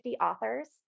authors